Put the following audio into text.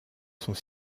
sont